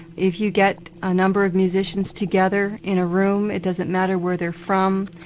if you get a number of musicians together in a room, it doesn't matter where they're from,